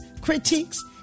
critiques